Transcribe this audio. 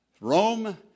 Rome